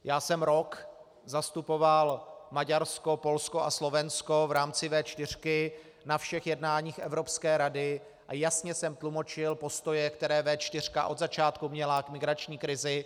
Já jsem rok zastupoval Maďarsko, Polsko a Slovensko v rámci V4 na všech jednáních Evropské rady a jasně jsem tlumočil postoje, které V4 od začátku měla k migrační krizi.